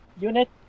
unit